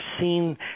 seen